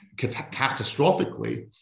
catastrophically